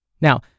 Now